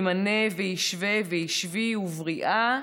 יִמְנָה וְיִשְׁוָה וְיִשְׁוִי וּבְרִיעָה,